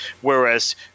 Whereas